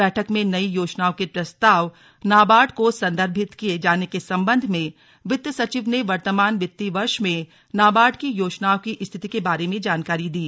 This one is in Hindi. बैठक में नई योजनाओं के प्रस्ताव नाबार्ड को सन्दर्भित किये जाने के सम्बन्ध में वित्त सचिव ने वर्तमान वित्तीय वर्ष में नाबार्ड की योजनाओं की स्थिति के बारे में जानकारी दी